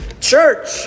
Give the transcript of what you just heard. church